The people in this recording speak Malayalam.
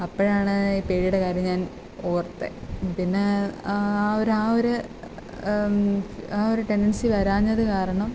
അപ്പോഴാണ് പേടിയുടെ കാര്യം ഞാൻ ഓർത്തത് പിന്നെ ആ ഒരു ആ ഒരു ആ ഒരു ടെൻഡൻസി വരാഞ്ഞത് കാരണം